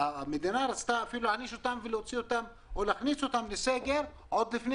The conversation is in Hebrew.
המדינה רצתה אפילו להעניש אותם ולהכניס אותם לסגר עוד לפני